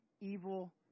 evil